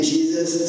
Jesus